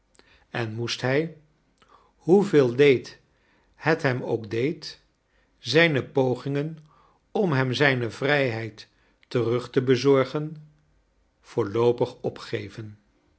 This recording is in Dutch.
en moest hij hoeveel leed t hem ook deed zijne pogingen om hem zijne vrijheid terug te bezorgen voorloopig opgeven